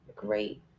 great